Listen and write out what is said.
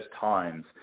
times